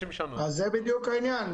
זה בדיוק העניין.